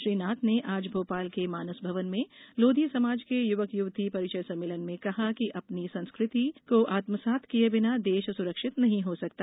श्री नाथ ने आज भोपाल के मानस भवन में लोधी समाज के युवक युवती परिचय सम्मेलन में कहा कि अपनी संस्कृति को आत्मसात किये बिना देश सुरक्षित नहीं हो सकता